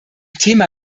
thema